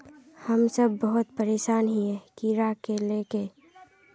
हम सब बहुत परेशान हिये कीड़ा के ले के?